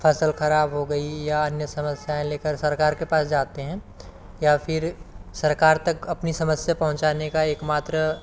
फ़सल ख़राब हो गई या अन्य समस्याऍं ले कर सरकार के पास जाते हैं या फिर सरकार तक अपनी समस्या पहुचाने का एकमात्र